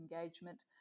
engagement